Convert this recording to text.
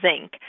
zinc